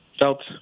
felt